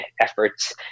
efforts